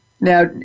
now